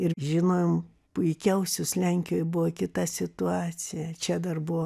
ir žinojom puikiausius lenkijoj buvo kita situacija čia dar buvo